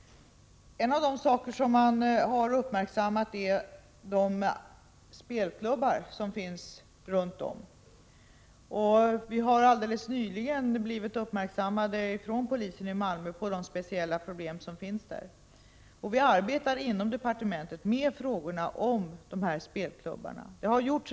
En av de saker som man uppmärksammat är de spelklubbar som finns runt Möllevångstorget. Vi har helt nyligen genom polisen i Malmö blivit uppmärksammade på dessa speciella problem, och vi arbetar inom departementet med frågor kring dessa spelklubbar.